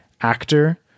actor